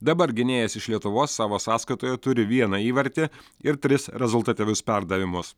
dabar gynėjas iš lietuvos savo sąskaitoje turi vieną įvartį ir tris rezultatyvius perdavimus